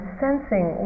sensing